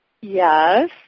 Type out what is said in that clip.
Yes